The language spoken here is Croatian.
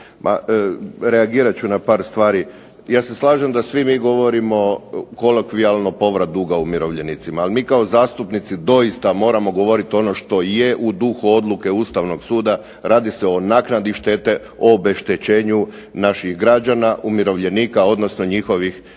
reagirat ću na par stvari. Ja se slažem da svi mi govorimo kolokvijalno povrat duga umirovljenicima, ali mi kao zastupnici doista moramo govoriti ono što je u duhu odluke Ustavnog suda radi se o naknadi štete, o obeštećenju naših građana, umirovljenika, odnosno njihovih nasljednika.